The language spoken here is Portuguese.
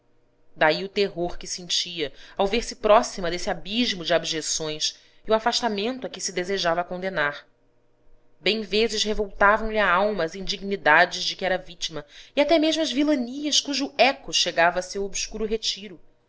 daí o terror que sentia ao ver-se próxima desse abismo de abjeções e o afastamento a que se desejava condenar bem vezes revoltavam lhe a alma as indignidades de que era vítima e até mesmo as vilanias cujo eco chegava a seu obscuro retiro